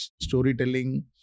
Storytelling